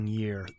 year